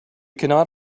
cannot